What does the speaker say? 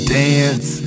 dance